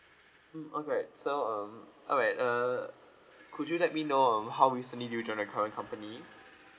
mm all right so um all right uh could you let me know um how recently you join the current company